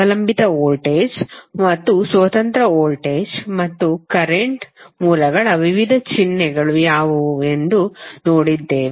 ಅವಲಂಬಿತ ವೋಲ್ಟೇಜ್ ಮತ್ತು ಸ್ವತಂತ್ರ ವೋಲ್ಟೇಜ್ ಮತ್ತು ಕರೆಂಟ್ ಮೂಲಗಳ ವಿವಿಧ ಚಿಹ್ನೆಗಳು ಯಾವುವು ಎಂದು ನೋಡಿದ್ದೇವೆ